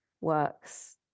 works